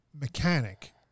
mechanic